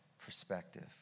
perspective